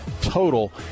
total